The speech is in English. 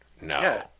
No